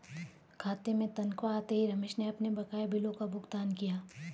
खाते में तनख्वाह आते ही रमेश ने अपने बकाया बिलों का भुगतान किया